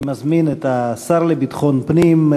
אני מזמין את השר לביטחון פנים,